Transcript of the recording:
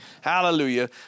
hallelujah